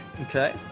Okay